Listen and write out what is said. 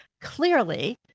Clearly